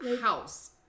house